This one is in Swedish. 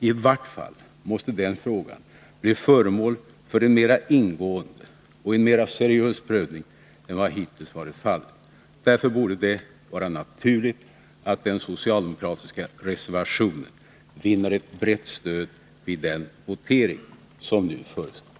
I vart fall måste den frågan bli föremål för en mera ingående och seriös prövning än vad som hittills varit fallet. Därför borde det vara naturligt att den socialdemokratiska reservationen vinner ett brett stöd i den votering som nu förestår.